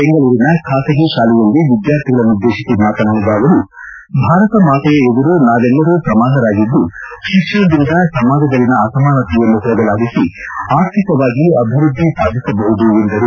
ಬೆಂಗಳೂರಿನ ಖಾಸಗಿ ಖಾಲೆಯಲ್ಲಿ ವಿದ್ಯಾರ್ಥಿಗಳನ್ನುದ್ದೇತಿಸಿ ಮಾತನಾಡಿದ ಅವರು ಭಾರತ ಮಾತೆಯ ಎದುರು ನಾವೆಲ್ಲರೂ ಸಮಾನರಾಗಿದ್ದು ಶಿಕ್ಷಣದಿಂದ ಸಮಾಜದಲ್ಲಿ ಅಸಮಾನತೆಯನ್ನು ಹೋಗಲಾಡಿಸಿ ಆರ್ಥಿಕವಾಗಿ ಅಭಿವೃದ್ದಿ ಸಾಧಿಸಬಹುದು ಎಂದರು